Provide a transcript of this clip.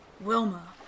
Wilma